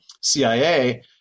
CIA